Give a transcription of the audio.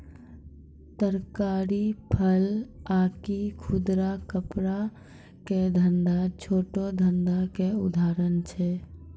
तरकारी, फल आकि खुदरा कपड़ा के धंधा छोटो धंधा के उदाहरण छै